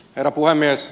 herra puhemies